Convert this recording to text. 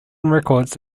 records